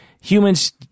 Humans